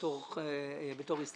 יתרה מכך,